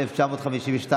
1952,